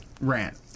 rant